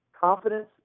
confidence